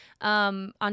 On